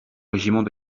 régiment